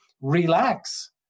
Relax